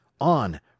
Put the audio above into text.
On